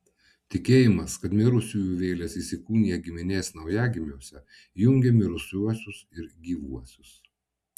tikėjimas kad mirusiųjų vėlės įsikūnija giminės naujagimiuose jungė mirusiuosius ir gyvuosius